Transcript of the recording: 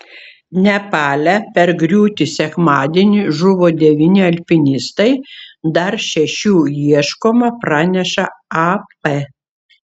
nepale per griūtį sekmadienį žuvo devyni alpinistai dar šešių ieškoma praneša ap